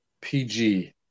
pg